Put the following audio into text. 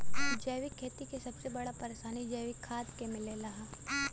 जैविक खेती के सबसे बड़ा परेशानी जैविक खाद के मिलले हौ